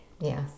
Yes